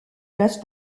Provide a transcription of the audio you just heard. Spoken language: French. place